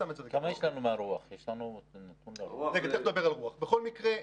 בכל מקרה,